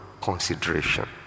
consideration